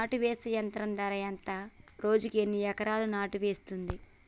నాటు వేసే యంత్రం ధర ఎంత రోజుకి ఎన్ని ఎకరాలు నాటు వేస్తుంది?